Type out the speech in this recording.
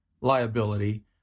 liability